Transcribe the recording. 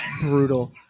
brutal